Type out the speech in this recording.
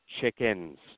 chickens